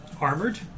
armored